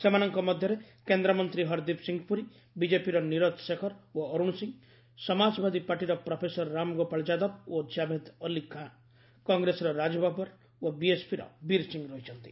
ସେମାନଙ୍କ ମଧ୍ୟରେ କେନ୍ଦ୍ରମନ୍ତ୍ରୀ ହରଦୀପ ସିଂ ପୁରୀ ବିଜେପିର ନିରଜ ଶେଖର ଓ ଅରୁଣ ସିଂ ସମାଜବାଦୀ ପାର୍ଟିର ପ୍ରଫେସର ରାମଗୋପାଳ ଯାଦବ ଓ ଜାଭେଦ ଅଲ୍ଲୀ ଖାଁ କଂଗ୍ରେସର ରାଜ ବବର୍ ଓ ବିଏସ୍ପିର ବୀର୍ ସିଂ ରହିଛନ୍ତି